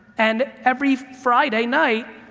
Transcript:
and every friday night,